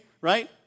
right